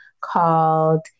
called